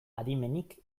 adimenik